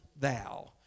thou